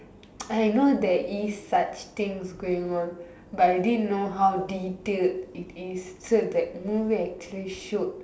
I know there is such things going on but I didn't know how detailed it is so that movie actually showed